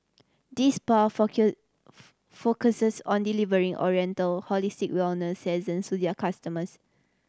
this spa focuses on delivering oriental holistic wellness sessions to their customers